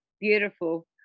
beautiful